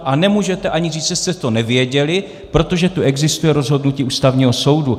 A nemůžete ani říct, že jste to nevěděli, protože tu existuje rozhodnutí Ústavního soudu.